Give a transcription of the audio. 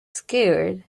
scared